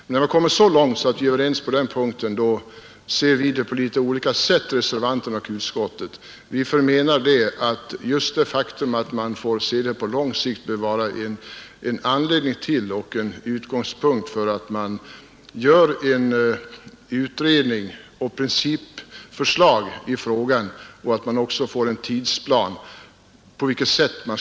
Men när vi har kommit så långt, ser vi, reservanterna och utskottet, saken på litet olika sätt. Reservanterna menar att just det faktum att vi bör se det på litet längre sikt är en anledning till att man gör en utredning och framlägger ett principförslag och en tidsplan för genomförandet.